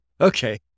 Okay